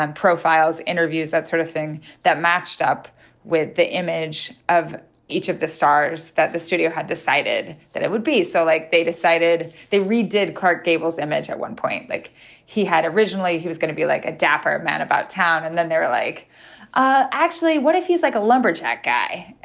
and profiles, interviews that sort of thing that matched up with the image of each of the stars that the studio had decided that it would be. so like they decided they redid clark gable! s image at one point. like originally he was going to be like a dapper man about town and then they're like ah actually what if he's like a lumberjack guy.